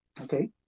Okay